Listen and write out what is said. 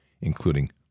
including